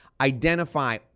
Identify